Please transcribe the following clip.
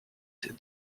the